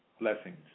blessings